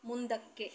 ಮುಂದಕ್ಕೆ